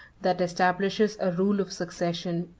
that establishes a rule of succession,